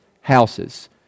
houses